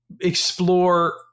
explore